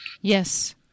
Yes